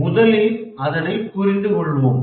முதலில் அதனை புரிந்துகொள்வோம்